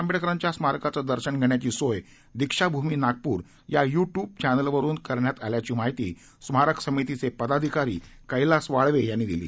आंबेडकरांच्या स्मारकाचं दर्शन घेण्याची सोय दीक्षाभूमी नागपूर या यूट्यूब चैनल वरून करण्यात आल्याची माहिती स्मारक समितीचे पदाधिकारी कैलास वाळवे यांनी दिली